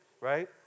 right